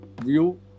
view